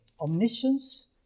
omniscience